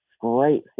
great